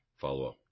follow-up